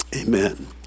Amen